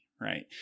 Right